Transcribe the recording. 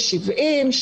70,